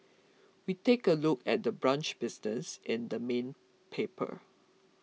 we take a look at the brunch business in the main paper